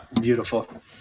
beautiful